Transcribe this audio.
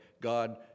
God